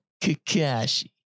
Kakashi